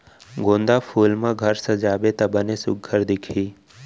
गोंदा फूल म घर सजाबे त बने सुग्घर दिखही